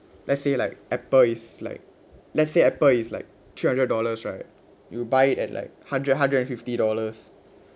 let's say like Apple is like let's say Apple is like three hundred dollars right you buy it at like hundred hundred and fifty dollars